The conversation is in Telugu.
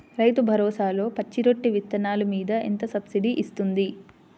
రైతు భరోసాలో పచ్చి రొట్టె విత్తనాలు మీద ఎంత సబ్సిడీ ఇస్తుంది?